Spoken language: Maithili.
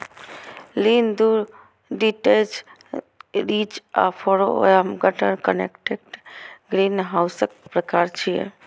लीन टु डिटैच्ड, रिज आ फरो या गटर कनेक्टेड ग्रीनहाउसक प्रकार छियै